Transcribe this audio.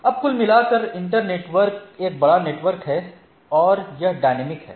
अब कुल मिलाकर इंटर नेटवर्क एक बड़ा नेटवर्क है और यह डायनेमिक है